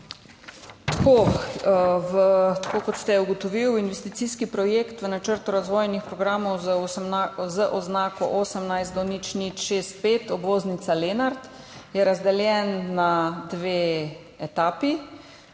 Tako kot ste ugotovili, investicijski projekt v načrtu razvojnih programov z oznako 18-0065, obvoznica Lenart, je razdeljen na dve etapi.